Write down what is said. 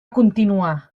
continuar